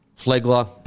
Flegler